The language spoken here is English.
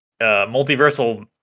multiversal